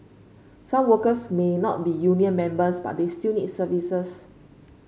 some workers may not be union members but they still need services